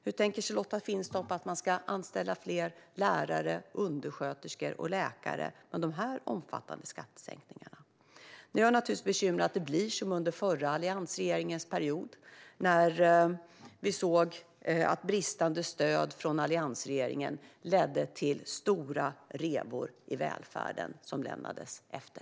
Hur tänker sig Lotta Finstorp att man ska kunna anställa fler lärare, undersköterskor och läkare med dessa omfattande skattesänkningar? Nu är jag förstås orolig att det blir som under den förra alliansregeringens period, då bristande stöd från alliansregeringen ledde till stora revor i välfärden som lämnades efter.